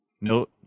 No